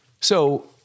So-